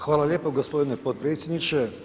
Hvala lijepo gospodine potpredsjedniče.